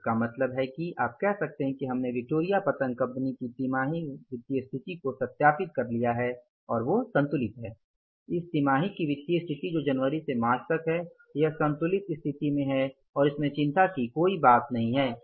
तो इसका मतलब है कि आप कह सकते हैं कि हमने विक्टोरिया पतंग कंपनी की तिमाही वित्तीय स्थिति को सत्यापित कर लिया है और वो संतुलित है इस तिमाही की वित्तीय स्थिति जो जनवरी से मार्च तक है यह संतुलित स्थिति में है और इसमें चिंता की कोई बात नहीं है